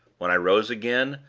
when i rose again,